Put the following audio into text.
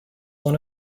one